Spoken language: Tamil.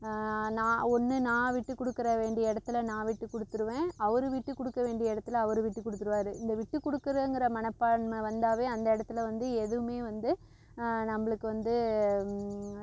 நான் ஒன்று நான் விட்டுக்கொடுக்குற வேண்டிய இடத்துல நான் விட்டுக்கொடுத்துருவேன் அவர் விட்டுக்கொடுக்க வேண்டிய இடத்துல அவர் விட்டுக்கொடுத்துருவாரு இந்த விட்டுக்கொடுக்குறங்கற மனப்பான்மை வந்தாவே அந்த இடத்துல வந்து எதுவுமே வந்து நம்மளுக்கு வந்து